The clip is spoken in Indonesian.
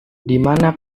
dimana